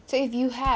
so if you have